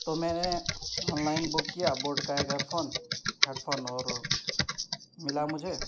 تو میں نے آن لائن بک کیا بوٹ کا ایک ایئر فون ہیڈ فون اور ملا مجھے